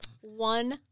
one